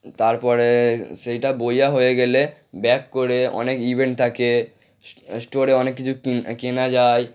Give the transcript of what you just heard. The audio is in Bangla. তারপরে সেইটা বোঝা হয়ে গেলে ব্যাক করে অনেক ইভেন্ট থাকে স্টোরে অনেক কিছু কেনা যায়